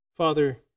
Father